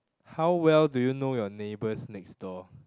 how well do you know your neighbours next door